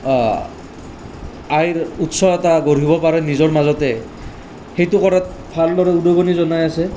উৎস এটা গঢ়িব পাৰে নিজৰ মাজতে সেইটো কৰাত ভালদৰে উদগনি জনাই আছে